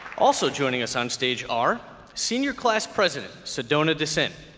also joining us on stage are senior class president sedona descent,